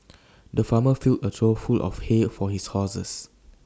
the farmer filled A trough full of hay for his horses